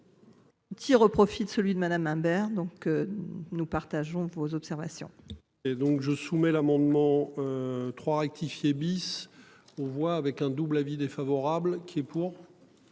Tirs au profit de celui de Madame Imbert, donc. Nous partageons vos observations. Et donc je soumets l'amendement. 3 rectifier bis. On voit avec un double avis défavorable qui est pour.